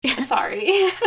Sorry